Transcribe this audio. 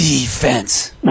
defense